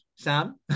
Sam